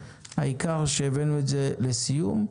העיקר שהבאנו את זה לסיום.